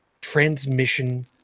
transmission